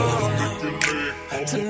Tonight